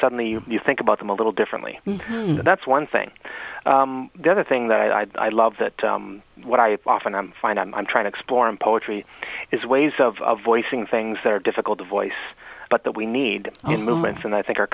suddenly you think about them a little differently and that's one thing the other thing that i love that what i often i'm fine i'm trying to explore in poetry is ways of voicing things that are difficult to voice but that we need movements and i think our